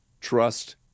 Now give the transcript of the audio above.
trust